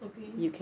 okay